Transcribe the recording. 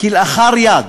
כלאחר יד.